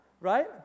right